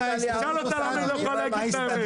תשאל אותה למה היא לא יכולה להגיד את האמת.